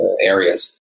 areas